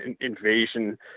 invasion